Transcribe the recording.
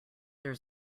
there